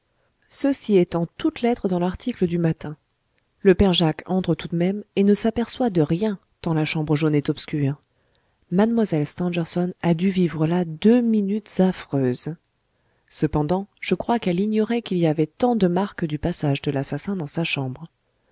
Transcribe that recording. ceci est en toutes lettres dans l'article du matin le père jacques entre tout de même et ne s'aperçoit de rien tant la chambre jaune est obscure mlle stangerson a dû vivre là deux minutes affreuses cependant je crois qu'elle ignorait qu'il y avait tant de marques du passage de l'assassin dans sa chambre